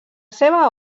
seva